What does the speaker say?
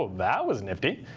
that was nifty.